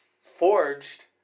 forged